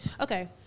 Okay